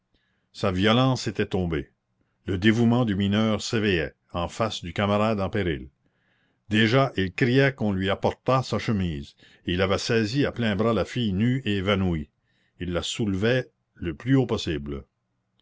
sa violence était tombée le dévouement du mineur s'éveillait en face du camarade en péril déjà il criait qu'on lui apportât sa chemise et il avait saisi à pleins bras la fille nue et évanouie il la soulevait le plus haut possible